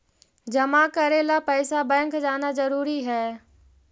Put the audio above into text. जमा करे ला पैसा बैंक जाना जरूरी है?